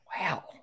Wow